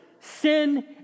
sin